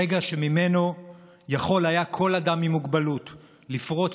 רגע שממנו יכול היה כל אדם עם מוגבלות לפרוץ